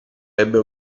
ebbe